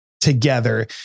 together